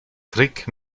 trick